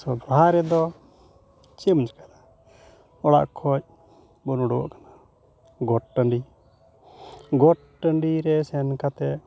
ᱥᱚᱦᱚᱨᱟᱭ ᱨᱮᱫᱚ ᱪᱮᱫ ᱮᱢ ᱪᱤᱠᱟᱹᱭᱟ ᱚᱲᱟᱜ ᱠᱷᱚᱱ ᱵᱚᱱ ᱚᱰᱚᱠᱚᱜ ᱠᱟᱱᱟ ᱜᱚᱴ ᱴᱟᱺᱰᱤ ᱜᱚᱴ ᱴᱟᱺᱰᱤ ᱨᱮ ᱥᱮᱱ ᱠᱟᱛᱮ